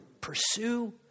pursue